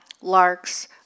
larks